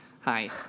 hi